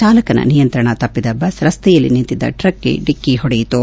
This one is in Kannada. ಚಾಲಕನ ನಿಯಂತ್ರಣ ತಪ್ಪಿದ ಬಸ್ ರಸ್ತೆಯಲ್ಲಿ ನಿಂತಿದ್ದ ಟ್ರಕ್ಗೆ ಡಿಕ್ಕಿ ಹೊಡೆಯಿತು